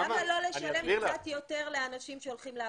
למה לא לשלם קצת יותר לאנשים שהולכים לעבוד?